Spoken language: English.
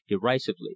derisively